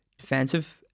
defensive